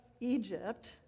Egypt